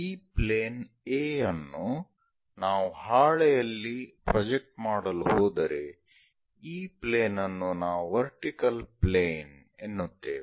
ಈ plane A ಯನ್ನು ನಾವು ಹಾಳೆಯಲ್ಲಿ ಪ್ರೊಜೆಕ್ಟ್ ಮಾಡಲು ಹೋದರೆ ಈ ಪ್ಲೇನ್ ಅನ್ನು ನಾವು ವರ್ಟಿಕಲ್ ಪ್ಲೇನ್ ಎನ್ನುತ್ತೇವೆ